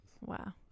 Wow